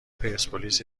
پرسپولیس